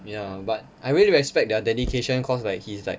ya but I really respect their dedication cause like he's like